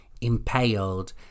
impaled